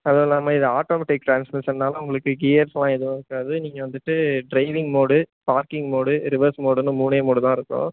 அதுவும் இல்லாமல் இது ஆட்டோமெட்டிக் டிரான்ஸ்மிஷன்னால் உங்களுக்கு கியர்ஸெலாம் எதுவும் இருக்காது நீங்கள் வந்துட்டு driving mode parking mode reverse மோடுன்னு மூணே மோடு தான் இருக்கும்